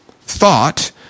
thought